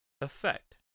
effect